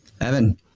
Evan